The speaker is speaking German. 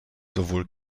sowohl